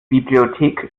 bibliothek